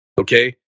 Okay